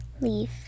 leaf